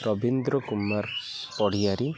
Rabindra Kumar Padiari